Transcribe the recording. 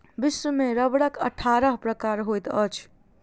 विश्व में रबड़क अट्ठारह प्रकार होइत अछि